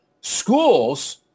Schools